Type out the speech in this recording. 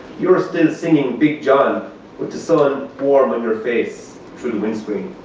you're still singing big john with the sun warm on your face through the windscreen.